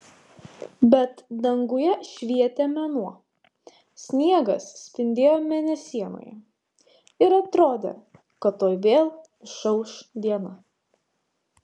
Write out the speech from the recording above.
bet danguje švietė mėnuo sniegas spindėjo mėnesienoje ir atrodė kad tuoj vėl išauš diena